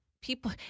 people –